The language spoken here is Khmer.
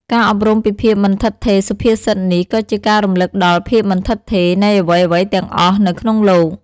ការអប់រំពីភាពមិនឋិតថេរសុភាសិតនេះក៏ជាការរំលឹកដល់ ភាពមិនឋិតថេរ នៃអ្វីៗទាំងអស់នៅក្នុងលោក។